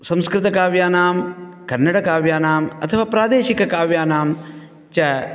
संस्कृतकाव्यानां कन्नडकाव्यानाम् अथवा प्रादेशिककाव्यानां च